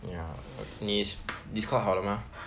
ya 你 Discord 好了 mah